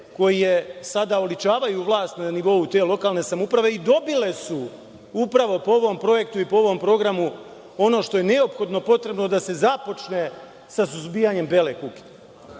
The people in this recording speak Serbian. koje sada oličavaju vlast na nivou te lokalne samouprave i dobile su upravo po ovom projektu i po ovom programu ono što je neophodno potrebno da se započne sa suzbijanjem bele kuge. Ono